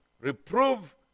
Reprove